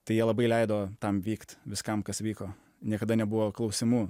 tai jie labai leido tam vykt viskam kas vyko niekada nebuvo klausimų